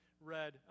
read